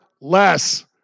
less